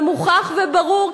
ומוכח וברור,